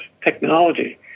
technology